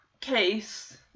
case